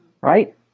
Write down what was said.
right